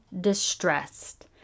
distressed